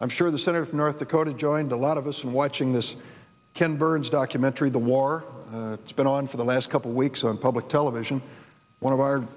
i'm sure the senate of north dakota joined a lot of us and watching this ken burns documentary the war it's been on for the last couple of weeks on public television one of our